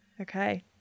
Okay